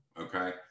Okay